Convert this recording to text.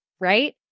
right